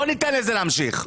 לא ניתן לזה להמשיך.